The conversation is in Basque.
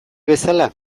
bezala